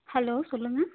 hello சொல்லுங்கள்